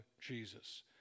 Jesus